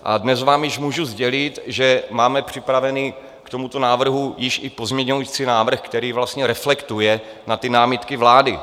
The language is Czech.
A dnes vám již můžu sdělit, že máme připraven k tomuto návrhu již i pozměňovací návrh, který vlastně reflektuje na ty námitky vlády.